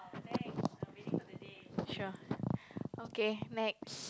sure okay next